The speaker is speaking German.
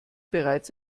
bereits